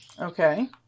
Okay